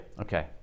Okay